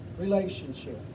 relationship